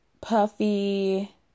puffy